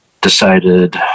Decided